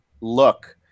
look